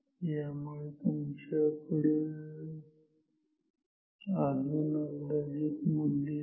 यामुळे तुमच्याकडे अजून अंदाजित मूल्य येतील